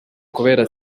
kubera